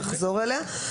נחזור אליהן.